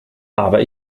aber